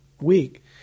week